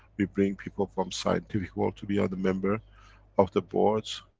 we bring people from scientific world to be on the member of the boards.